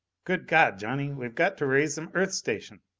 good god, johnny, we've got to raise some earth station!